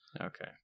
Okay